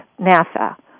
NASA